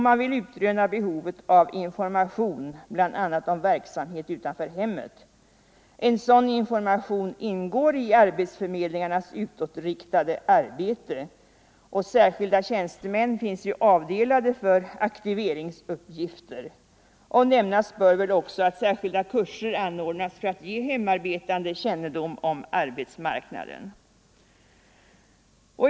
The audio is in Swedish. Man vill utröna behovet av information bl.a. om verksamhet utanför hemmet. En sådan information ingår i arbetsförmedlingarnas utåtriktade arbete, och särskilda tjänstemän finns avdelade för aktiveringsuppgifter. Nämnas bör också att särskilda kurser anordnas för att ge hemarbetande kännedom om arbetsmarknaden.